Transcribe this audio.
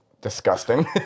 disgusting